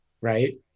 right